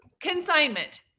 consignment